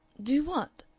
do what?